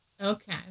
Okay